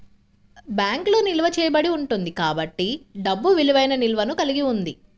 బ్యాంకులో నిల్వ చేయబడి ఉంటుంది కాబట్టి డబ్బు విలువైన నిల్వను కలిగి ఉంది